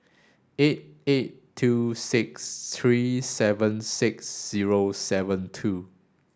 eight eight two six three seven six zero seven two